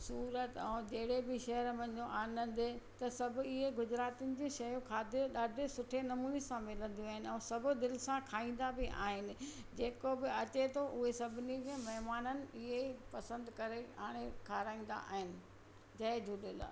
सूरत ऐं जहिड़े बि शहरु वञो आनंद आहे त सभु इहे गुजरातियुनि जी शयूं खाधे ॾाढे सुठे नमूने सां मिलंदियूं आहिनि ऐं सभु दिलि सां खाईंदा बि आहिनि जेको बि अचे थो उहे सभिनी महिमाननि इहे ई पसंदि करे हाणे खाराईंदा आहिनि जय झूलेलाल